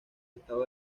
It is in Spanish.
estado